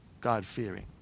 God-fearing